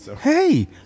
hey